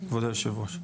כבוד יושב הראש --- רגע,